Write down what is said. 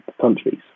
countries